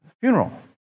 funeral